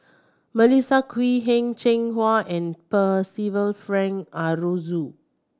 Melissa Kwee Heng Cheng Hwa and Percival Frank Aroozoo